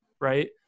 right